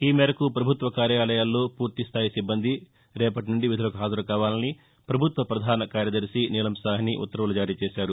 ఈ మేరకు ప్రభుత్వ కార్యాలయాల్లో పూర్తి స్థాయి సిబ్బంది రేపటి నుంచి విధులకు హాజరుకావాలని పభుత్వ ప్రధాన కార్యదర్భి నీలం సాహ్ని ఉత్తర్వులు జారీ చేశారు